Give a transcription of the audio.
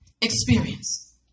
experience